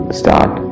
start